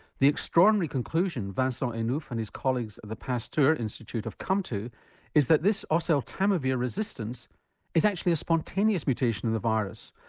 the extraordinary conclusion vincent enouf and his colleagues at the pasteur institute have come to is that this oseltamivir resistance is actually a spontaneous mutation in the virus,